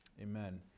Amen